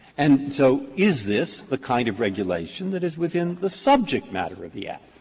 and so is this the kind of regulation that is within the subject matter of the act?